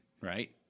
right